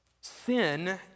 Sin